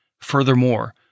Furthermore